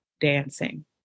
dancing